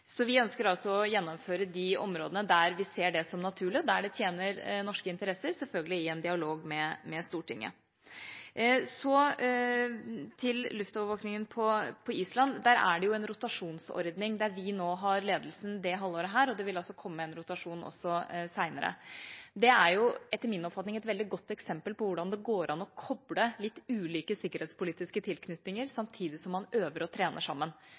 Så vi ønsker å gjennomføre de områdene der vi ser det som naturlig, og der det tjener norske interesser, selvfølgelig i en dialog med Stortinget. Så til luftovervåkningen på Island. Der er det en rotasjonsordning, der vi har ledelsen nå dette halvåret, og det vil komme en rotasjon også seinere. Det er jo, etter min oppfatning, et veldig godt eksempel på hvordan det går an å koble litt ulike sikkerhetspolitiske tilknytninger, samtidig som man øver og trener sammen.